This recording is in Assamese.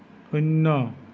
শূন্য